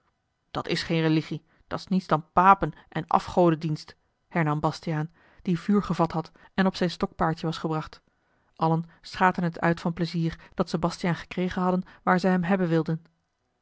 dat is geen religie dat's niets dan papen en afgodendienst hernam bastiaan die vuur gevat had en op zijn stokpaardje was gebracht allen schaterden het uit van pleizier dat ze bastiaan gekregen hadden waar ze hem hebben wilden